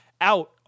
out